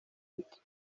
ute